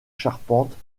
charpentes